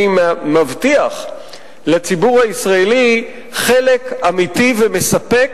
מבטיח לציבור הישראלי חלק אמיתי ומספק,